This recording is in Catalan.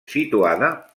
situada